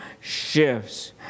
shifts